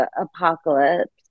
apocalypse